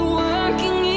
working